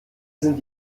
sind